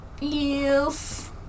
Yes